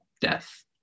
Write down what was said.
death